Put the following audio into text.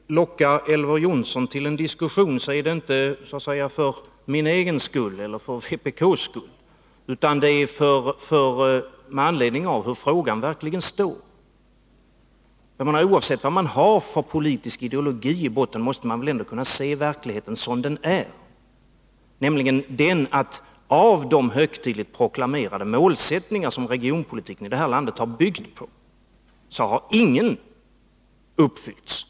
Herr talman! När jag lockar Elver Jonsson till en diskussion är det ju så att säga inte för min egen skull eller för vpk:s skull, utan det är med anledning av hur frågan egentligen står. Oavsett vilken politisk ideologi man har i botten, så måste man väl ändå se verkligheten som den är, nämligen den att av alla de högtidligt programmerade målsättningar som regionalpolitiken i det här landet har byggts på har ingen uppfyllts.